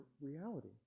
reality